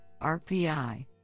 RPI